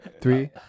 three